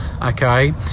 okay